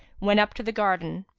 went up to the garden.